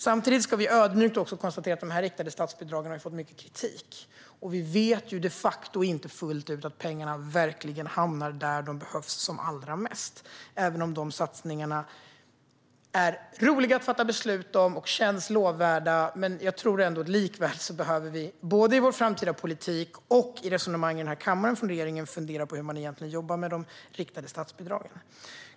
Samtidigt ska vi ödmjukt konstatera att de riktade statsbidragen har fått mycket kritik. Vi vet de facto inte fullt ut att pengarna verkligen hamnar där de behövs allra mest. Även om de satsningarna är roliga att fatta beslut om och känns lovvärda tror jag att vi både i vår framtida politik och i resonemangen här i kammaren behöver fundera på hur man egentligen jobbar med de riktade statsbidragen.